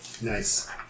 Nice